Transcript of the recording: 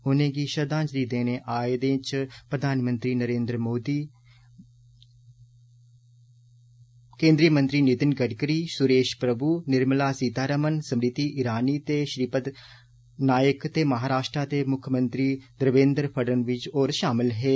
उनेंगी श्रद्दांजलि देने आऐ दें च प्रधानमंत्री नरेन्द्र मोदी केन्द्री मंत्री नितिन गड़करी सुरेश प्रभु निर्मला सीतारमण स्मृति इरानी ते श्रीपद नायक ते महाराश्ट्र दे मुक्खमंत्री देवेन्द्र फडनवीस बी षामल हे